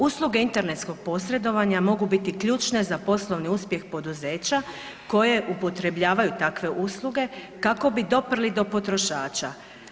Usluge internetskog posredovanja mogu biti ključne za poslovni uspjeh poduzeća koje upotrebljavaju takve usluge kako bi doprli do potrošača.